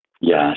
Yes